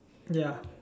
ya